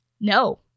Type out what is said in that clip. no